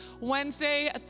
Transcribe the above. Wednesday